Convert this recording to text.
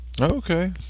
okay